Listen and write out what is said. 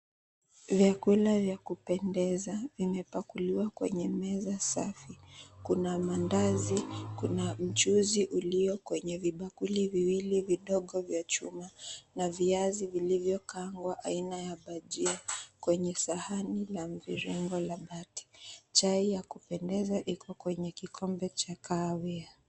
Vyakula vya kupendeza vimepakuliwa kwenye meza safi. Kuna maandazi, kuna mchuzi ulio kwenye vibakuli viwili vidogo vya chuma na viazi vilivyokaangwa aina ya bajia kwenye sahani la mviringo la bati. Chai ya kupendeza iko kwenye kikombe cha kahawia.